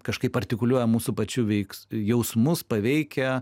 kažkaip artikuliuoja mūsų pačių veiks jausmus paveikia